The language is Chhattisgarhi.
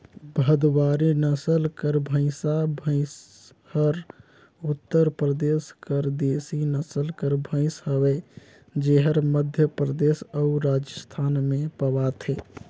भदवारी नसल कर भंइसा भंइस हर उत्तर परदेस कर देसी नसल कर भंइस हवे जेहर मध्यपरदेस अउ राजिस्थान में पवाथे